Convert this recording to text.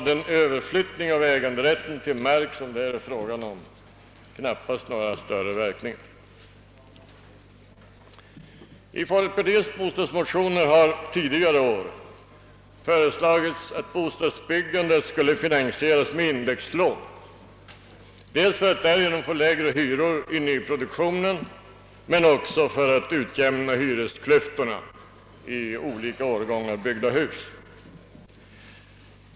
Den överflyttning av äganderätten till mark det här är fråga om har knappast någon större verkan på samhällsekonomin. I folkpartiets bostadsmotioner har tidigare år föreslagits att bostadsbyggandet skulle finansieras med indexlån, dels för att få lägre hyror i nyproducerade hus, dels för att utjämna hyresklyftor mellan olika årgångar av hus.